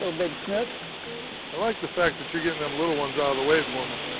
little baby snook. i like the fact that you're getting them little ones out of the way for me.